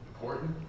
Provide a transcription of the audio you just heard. important